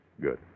Good